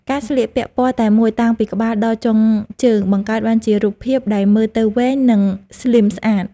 ការស្លៀកពាក់ពណ៌តែមួយតាំងពីក្បាលដល់ចុងជើងបង្កើតបានជារូបរាងដែលមើលទៅវែង និងស្លីមស្អាត។